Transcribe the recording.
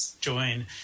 join